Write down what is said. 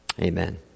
Amen